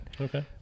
Okay